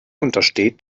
untersteht